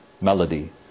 melody